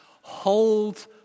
hold